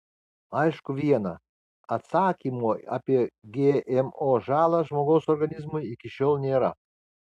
aišku viena atsakymo apie gmo žalą žmogaus organizmui iki šiol nėra